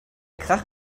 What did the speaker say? krach